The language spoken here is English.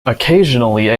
occasionally